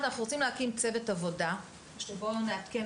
אנחנו רוצים להקים צוות עבודה שבו נעדכן